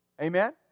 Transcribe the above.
Amen